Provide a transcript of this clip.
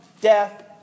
death